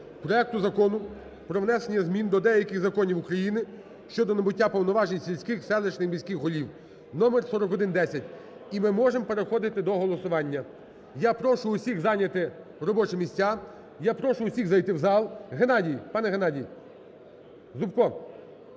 проекту Закону про внесення змін до деяких законів України щодо набуття повноважень сільських, селищних, міських голів (№4110). І ми можемо переходити до голосування. Я прошу усіх зайняти робочі місця. Я прошу усіх зайти у зал. Геннадій, пане Геннадій, Зубко,